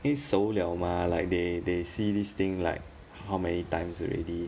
think 熟 liao mah like they they see this thing like how many times already